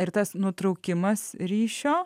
ir tas nutraukimas ryšio